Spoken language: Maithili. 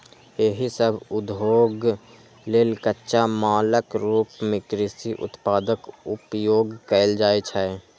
एहि सभ उद्योग लेल कच्चा मालक रूप मे कृषि उत्पादक उपयोग कैल जाइ छै